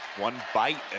one bite